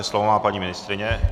Slovo má paní ministryně.